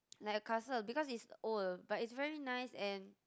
like a castle because it's old but it's very nice and